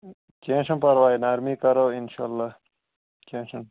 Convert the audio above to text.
کیٚنٛہہ چھُنہٕ پَرواے نَرمی کَرو اِنشاءاللہ کیٚنٛہہ چھُنہٕ